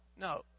No